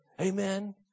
Amen